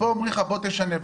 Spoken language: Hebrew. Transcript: אומרים לך בוא תשנה,